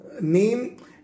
name